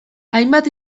hainbat